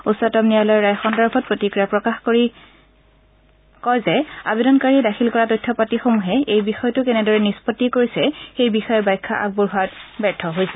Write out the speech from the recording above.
উচ্চতম ন্যায়ালয়ৰ ৰায় সন্দৰ্ভত প্ৰতিক্ৰিয়া প্ৰকাশ কৰি কয় যে আবেদনকাৰীয়ে দাখিল কৰা তথ্য পাতি সমূহে এই বিষয়টো কেনেদৰে নিষ্পণ্ডি কৰিছে সেই বিষয়ে ব্যাখ্যা আগবঢ়োৱাত ব্যৰ্থ হৈছে